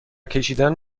کشیدن